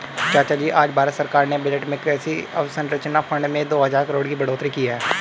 चाचाजी आज भारत सरकार ने बजट में कृषि अवसंरचना फंड में दो हजार करोड़ की बढ़ोतरी की है